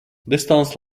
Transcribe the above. distance